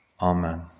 Amen